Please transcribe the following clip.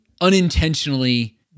unintentionally